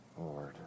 Lord